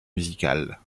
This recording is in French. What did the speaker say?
musicale